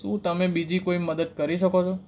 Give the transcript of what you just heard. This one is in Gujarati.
શું તમે બીજી કોઈ મદદ કરી શકો છો